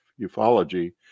ufology